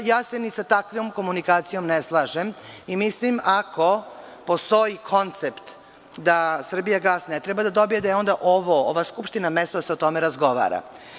Ja se ni sa takvom komunikacijom ne slažem i mislim, ako postoji koncept da „Srbijagas“ ne treba da dobije, da je onda ova Skupština mesto da se o tome razgovara.